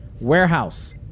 Warehouse